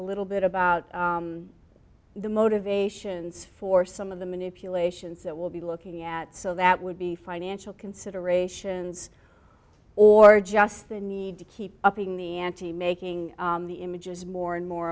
a little bit about the motivations for some of the manipulations that will be looking at so that would be financial considerations or just the need to keep upping the ante making the images more and more